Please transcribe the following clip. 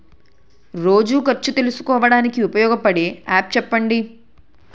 రోజు ఖర్చు తెలుసుకోవడానికి ఉపయోగపడే యాప్ చెప్పండీ?